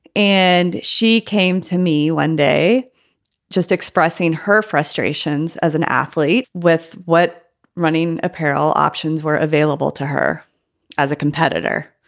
and she came to me one day just expressing her frustrations as an athlete with what running apparel options were available to her as a competitor.